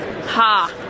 Ha